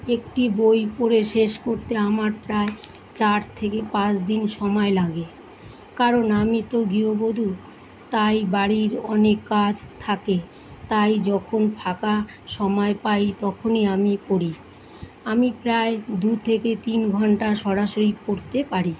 একটি বই পড়ে শেষ করতে আমার প্রায় চার থেকে পাঁচ দিন সময় লাগে কারণ আমি তো গৃহবধূ তাই বাড়ির অনেক কাজ থাকে তাই যখন ফাঁকা সময় পাই তখনই আমি পড়ি আমি প্রায় দু থেকে তিন ঘন্টা সরাসরি পড়তে পারি